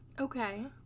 Okay